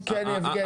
כן יבגני.